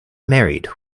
married